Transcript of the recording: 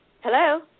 Hello